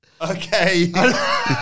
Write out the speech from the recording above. Okay